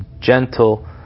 gentle